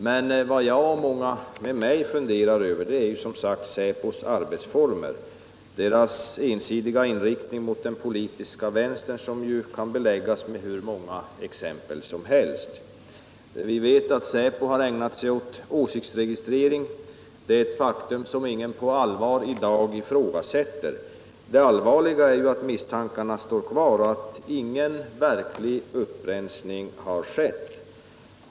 Men vad jag och många med mig funderar över är som sagt säpos arbetsformer, dess ensidiga inriktning mot den politiska vänstern, som kan beläggas med hur många exempel som helst. Vi vet att säpo har ägnat sig åt åsiktsregistrering, det är ett faktum som ingen på allvar i dag ifrågasätter. Det allvarliga är ju att misstankarna står kvar och att ingen verklig upprensning har skett.